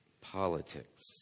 Politics